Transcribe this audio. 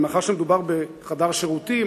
ומאחר שמדובר בחדר שירותים,